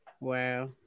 Wow